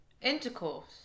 intercourse